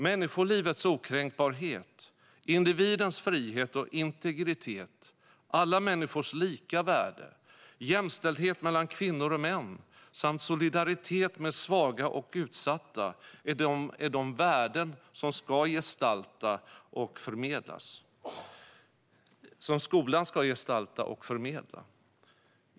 Människolivets okränkbarhet, individens frihet och integritet, alla människors lika värde, jämställdhet mellan kvinnor och män samt solidaritet med svaga och utsatta är de värden som skolan ska gestalta och förmedla.